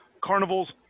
carnivals